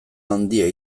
handia